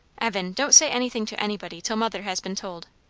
evan, don't say anything to anybody till mother has been told.